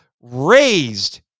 raised